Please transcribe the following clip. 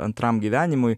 antram gyvenimui